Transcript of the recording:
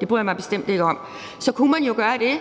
det bryder jeg mig bestemt ikke om. Så kunne man jo gøre det,